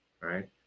right